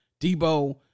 Debo